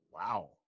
Wow